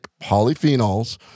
polyphenols